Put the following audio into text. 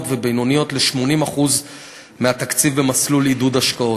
ובינוניות ל-80% מהתקציב במסלול עידוד השקעות.